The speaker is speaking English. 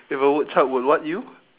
if a woodchuck would what you